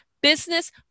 business